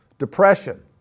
depression